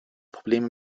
probleme